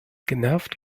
genervt